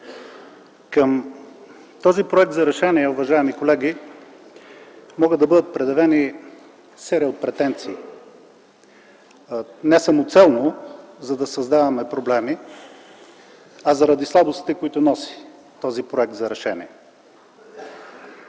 Към този проект за решение могат да бъдат предявени серия от претенции, не самоцелно, за да създаваме проблеми, а заради слабостите, които носи този проект за решение.